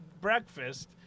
breakfast